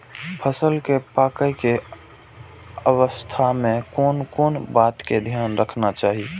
फसल के पाकैय के अवस्था में कोन कोन बात के ध्यान रखना चाही?